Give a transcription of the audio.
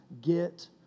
get